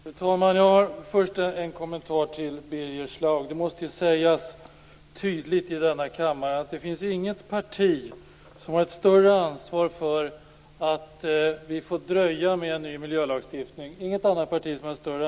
Fru talman! Jag har först en kommentar till Birger Schlaug. Det måste ju sägas tydligt här i kammaren att det inte finns något parti som har ett större ansvar för att vi fått vänta på en ny miljölagstiftning än Miljöpartiet.